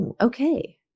Okay